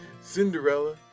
Cinderella